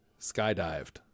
Skydived